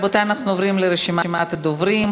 רבותי, אנחנו עוברים לרשימת הדוברים.